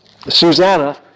Susanna